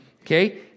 Okay